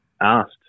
asked